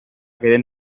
queden